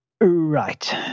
Right